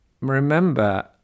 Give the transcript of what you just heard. Remember